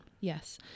yes